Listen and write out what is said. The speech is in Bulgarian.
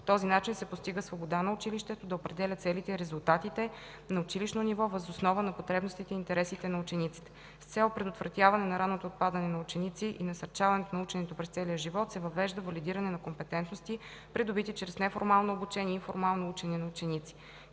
По този начин се постига свобода на училището да определя целите и резултатите на училищно ниво въз основа на потребностите и интересите на учениците. С цел предотвратяване на ранното отпадане на ученици и насърчаването на ученето през целия живот се въвежда валидиране на компетентности, придобити чрез неформално обучение и информално учене на ученици.